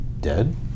dead